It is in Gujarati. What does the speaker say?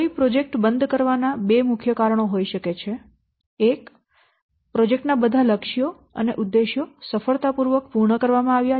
કોઈ પ્રોજેક્ટ બંધ કરવાના બે મુખ્ય કારણો છે એક બધા પ્રોજેક્ટ ના લક્ષ્યો અને ઉદ્દેશો સફળતાપૂર્વક પૂર્ણ કરવામાં આવ્યા છે